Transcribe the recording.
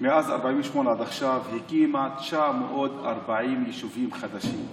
מאז 48' עד עכשיו, הקימה 940 יישובים חדשים.